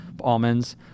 almonds